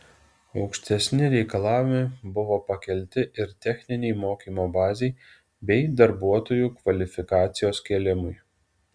aukštesni reikalavimai buvo pakelti ir techninei mokymo bazei bei darbuotojų kvalifikacijos kėlimui